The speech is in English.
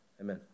amen